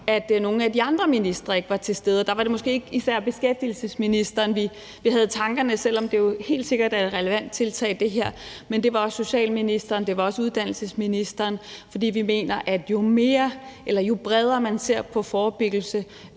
at nogle af de andre ministre ikke var til stede, og der var det måske ikke især beskæftigelsesministeren, vi havde i tankerne, selv om det her jo helt sikkert er et relevant tiltag. Men det var også socialministeren, og det var også uddannelsesministeren, fordi vi mener, at jo bredere man ser på forebyggelse,